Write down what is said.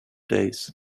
days